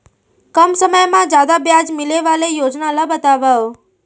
कम समय मा जादा ब्याज मिले वाले योजना ला बतावव